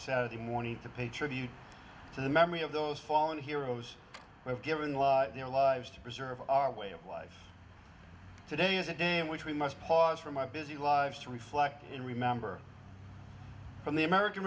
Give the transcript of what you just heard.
saturday morning to pay tribute to the memory of those fallen heroes who have given their lives to preserve our way of life today is a day in which we must pause from our busy lives to reflect and remember from the american